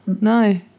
No